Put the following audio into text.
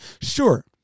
Sure